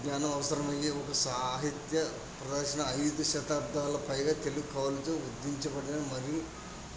జ్ఞానం అవసరమయ్యే ఒక సాహిత్య ప్రవచనం ఐదు శతాబ్దాల పైగా తెలుగు కవులతో ఉద్ధరించబడిన మరియు